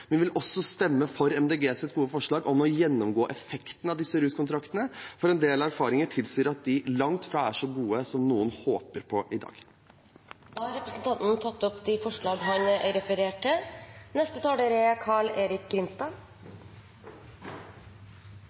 vi vil også stemme for Miljøpartiet De Grønnes gode forslag om å gjennomgå effekten av disse ruskontraktene, for en del erfaringer tilsier at de langt ifra er så gode som noen håper på i dag. Representanten Nicholas Wilkinson har tatt opp de forslagene han refererte til. Jeg er